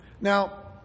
Now